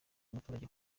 umuturage